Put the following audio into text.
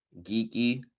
Geeky